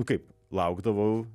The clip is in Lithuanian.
nu kaip laukdavau